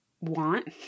want